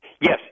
Yes